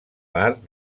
part